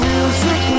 Music